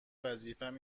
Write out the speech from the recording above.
وظیفم